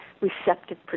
receptive